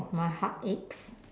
my heart aches